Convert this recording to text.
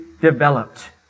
developed